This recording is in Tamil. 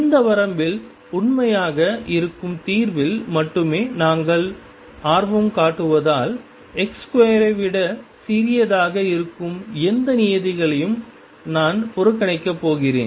இந்த வரம்பில் உண்மையாக இருக்கும் தீர்வில் மட்டுமே நாங்கள் ஆர்வம் காட்டுவதால் x2 ஐ விட சிறியதாக இருக்கும் எந்த நியதிகளையும் நான் புறக்கணிக்கப் போகிறேன்